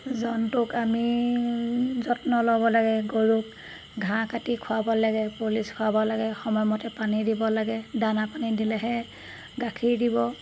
জন্তুক আমি যত্ন ল'ব লাগে গৰুক ঘাঁহ কাটি খুৱাব লাগে পলিচ খুৱাব লাগে সময়মতে পানী দিব লাগে দানা পানী দিলেহে গাখীৰ দিব